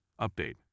Update